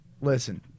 Listen